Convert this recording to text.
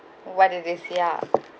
what is this ya